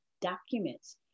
documents